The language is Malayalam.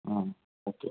ആ ഓക്കെ